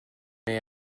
may